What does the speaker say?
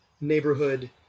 neighborhood